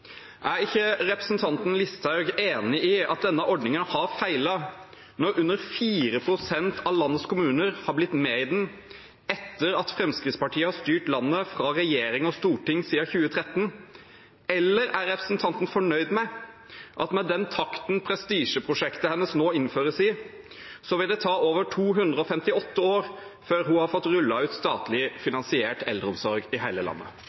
Er ikke representanten Listhaug enig i at denne ordningen har feilet når under 4 pst. av landets kommuner har blitt med i den etter at Fremskrittspartiet har styrt landet fra regjering og storting siden 2013? Eller er representanten fornøyd med at med den takten prestisjeprosjektet hennes nå innføres i, så vil det ta over 258 år før hun har fått rullet ut statlig finansiert eldreomsorg i hele landet?